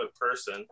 person